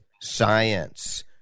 science